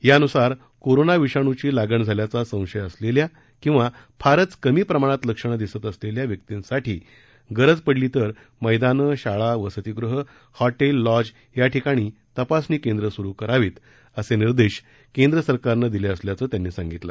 यानुसार कोरोना विषाणूची लागण झाल्याचा संशय असलेल्या किंवा फारच कमी प्रमाणात लक्षणं दिसत असलेल्या व्यक्तींसाठी गरज पडल्यास मैदानं शाळा वसतिगृहं हॉटेल लॉज याठिकाणी तपासणी केंद्र सुरू करावी असे निर्देश केंद्र सरकारनं दिले असल्याचं त्यांनी सांगितलं